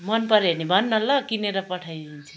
मनपर्यो भने भन न ल किनेर पठाइदिन्छु